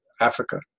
Africa